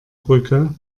brücke